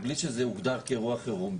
בלי שזה הוגדר כאירוע חירום,